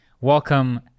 Welcome